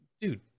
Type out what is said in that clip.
dude